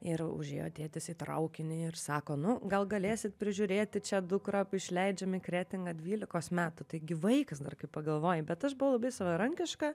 ir užėjo tėtis į traukinį ir sako nu gal galėsit prižiūrėti čia dukrą išleidžiam į kretingą dvylikos metų taigi vaikas dar kai pagalvoji bet aš buvau labai savarankiška